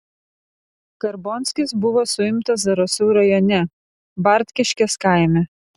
karbonskis buvo suimtas zarasų rajone bartkiškės kaime